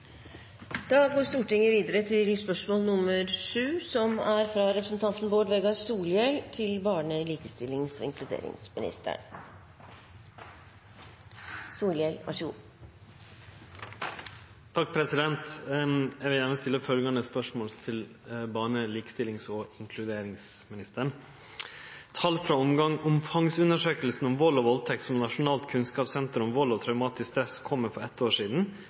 da de hadde anledning da vi diskuterte og vedtok et nytt diskrimineringslovverk i 2013. Eg vil gjerne stille følgjande spørsmål til barne-, likestillings- og inkluderingsministeren: «Tall fra omfangsundersøkelsen om vold og voldtekt som Nasjonalt kunnskapssenter om vold og traumatisk stress kom med for ett år siden,